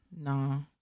no